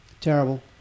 Terrible